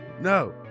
no